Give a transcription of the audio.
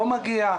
לא מגיע,